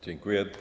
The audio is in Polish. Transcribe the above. Dziękuję.